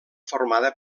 formada